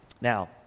Now